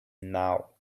now